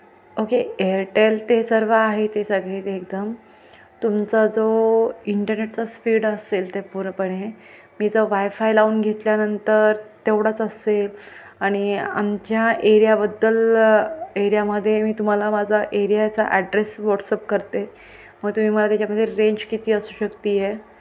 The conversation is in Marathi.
ओके एअरटेल ते सर्व आहे ते सगळे एकदम तुमचा जो इंटरनेटचा स्पीड असेल ते पूर्णपणे मी ज वायफाय लावून घेतल्यानंतर तेवढाच असेल आणि आमच्या एरियाबद्दल एरियामध्ये मी तुम्हाला माझा एरियाचा ॲड्रेस व्हॉट्सअप करते मग तुम्ही मला त्याच्यामध्ये रेंज किती असू शकते आहे